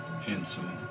handsome